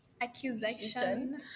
Accusation